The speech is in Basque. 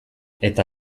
eta